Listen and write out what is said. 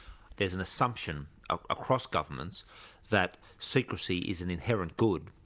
there's an assumption across governments that secrecy is an inherent good,